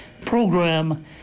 Program